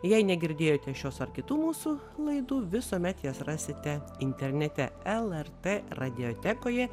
jei negirdėjote šios ar kitų mūsų laidų visuomet jas rasite internete lrt radiotekoje